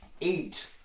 eight